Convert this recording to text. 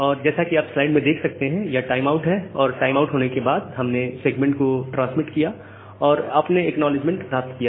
और जैसा कि आप स्लाइड में देख सकते हैं यह टाइम आउट है और टाइम आउट के बाद हमने सेगमेंट को ट्रांसमिट किया और आपने एक्नॉलेजमेंट प्राप्त किया